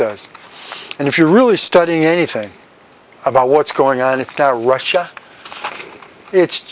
does and if you really study anything about what's going on it's now russia it's